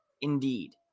Indeed